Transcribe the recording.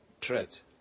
threat